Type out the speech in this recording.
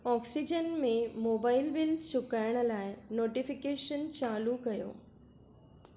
oxygen में mobile bill चुकाइण लाइ नोटिफिकेशन चालू कयो